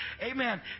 Amen